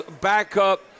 backup